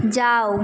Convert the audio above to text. যাও